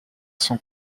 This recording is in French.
sont